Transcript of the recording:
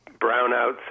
brownouts